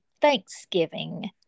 thanksgiving